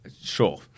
Sure